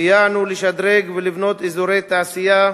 סייענו לשדרג ולבנות אזורי תעשייה,